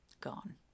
gone